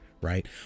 Right